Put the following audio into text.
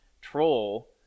Troll